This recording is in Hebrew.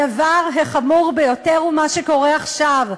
הדבר החמור ביותר הוא מה שקורה עכשיו,